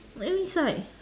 then is like